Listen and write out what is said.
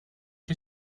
you